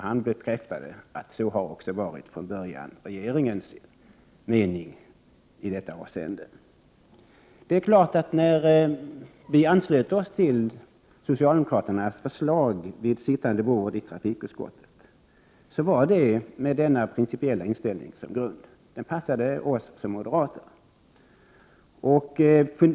Han bekräftade att så också från början har varit regeringens mening i detta avseende. När vi anslöt oss till socialdemokraternas förslag vid sittande bord i trafikutskottet, var det med denna principiella inställning som grund. Den passade oss som moderater.